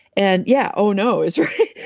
and yeah. oh, no is right.